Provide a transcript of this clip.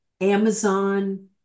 Amazon